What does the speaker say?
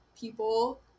people